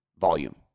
volume